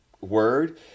word